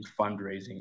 fundraising